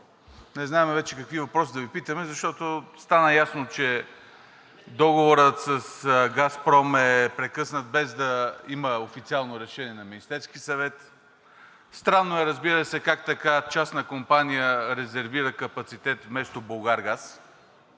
Не знаем вече какви въпроси да Ви питаме, защото стана ясно, че договорът с „Газпром“ е прекъснат, без да има официално решение на Министерския съвет. Странно е, разбира се, как така частна компания резервира капацитет вместо „Булгаргаз“,